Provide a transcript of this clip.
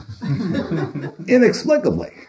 inexplicably